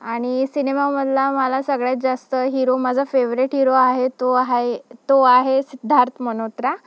आणि सिनेमामधला मला सगळ्यात जास्त हिरो माझा फेवरेट हिरो आहे तो आहे तो आहे सिद्धार्थ मल्होत्रा